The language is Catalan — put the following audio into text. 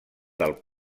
del